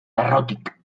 errotik